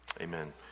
Amen